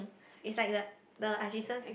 it's like the the Ajisen's